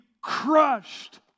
crushed